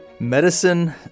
Medicine